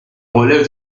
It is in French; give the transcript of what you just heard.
relève